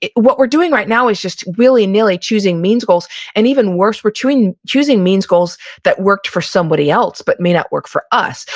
what we're doing right now is just willy nilly choosing means goals and even worse, we're choosing choosing means goals that worked for somebody else, but may not work for us.